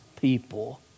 people